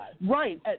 right